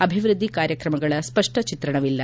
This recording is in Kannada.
ಅಭಿವೃದ್ಧಿ ಕಾರ್ಯತ್ರಮಗಳ ಸ್ಪಪ್ಪ ಚಿತ್ರಣವಿಲ್ಲ